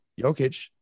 Jokic